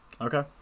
okay